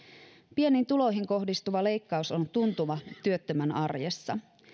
pieniin tuloihin kohdistuva leikkaus on tuntuva työttömän arjessa